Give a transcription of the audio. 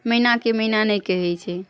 मैनाके मैना नहि कहै छै